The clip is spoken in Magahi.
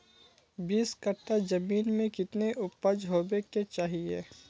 बीस कट्ठा जमीन में कितने उपज होबे के चाहिए?